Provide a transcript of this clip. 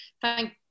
thank